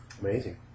amazing